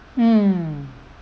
mm